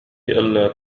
ألا